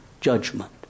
judgment